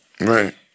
Right